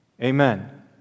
Amen